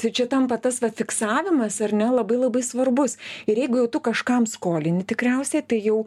tai čia tampa tas va fiksavimas ar ne labai labai svarbus ir jeigu jau tu kažkam skolini tikriausiai tai jau